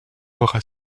aura